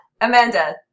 Amanda